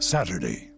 Saturday